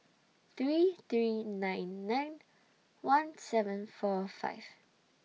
three three nine nine one seven four five